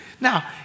Now